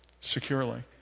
securely